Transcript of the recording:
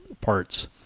parts